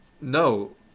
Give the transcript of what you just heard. no